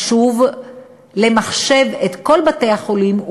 חשוב למחשב את כל בתי-החולים,